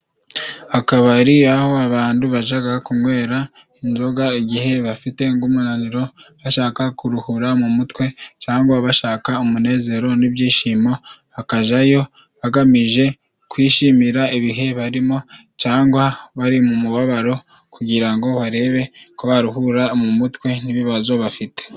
Akabari aho abandu bajaga kunywera inzoga igihe bafite ng'umunaniro; bashaka kuruhura mu mutwe, cangwa bashaka umunezero n'ibyishimo, bakajayo bagamije kwishimira ibihe barimo cangwa bari mu mubabaro, kugira ngo barebe ko baruhura mu mutwe n'ibibazo bafite.